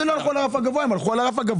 הגבוה?